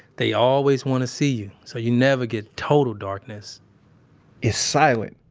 they always want to see you, so you never get total darkness it's silent.